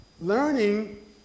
Learning